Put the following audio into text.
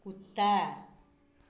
कुत्ता